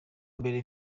mbere